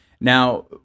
Now